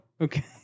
Okay